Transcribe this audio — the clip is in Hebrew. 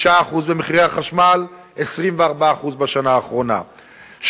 9% במחירי החשמל, 24% בשנה האחרונה,